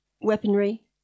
weaponry